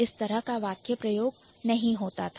इस तरह का वाक्य प्रयोग नहीं होता था